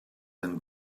and